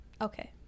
Okay